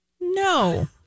No